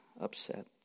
upset